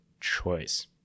choice